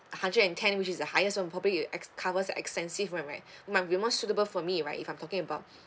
hundred and ten which is a highest on probably will ex~ covers expensive might be more suitable for me right if I'm talking about